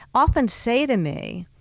often say to me,